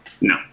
No